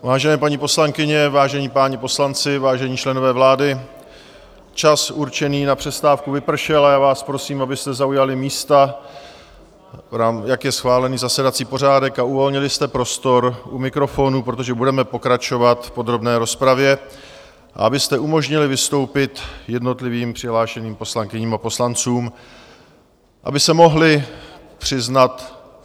Vážené paní poslankyně, vážení páni poslanci, vážení členové vlády, čas určený na přestávku vypršel a já vás prosím, abyste zaujali místa, jak je schválený zasedací pořádek, a uvolnili jste prostor u mikrofonu, protože budeme pokračovat v podrobné rozpravě, a abyste umožnili vystoupit jednotlivým přihlášeným poslankyním a poslancům, aby se mohli přiznat...